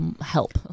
help